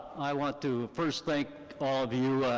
i want to first thank all of you,